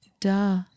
Duh